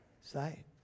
sight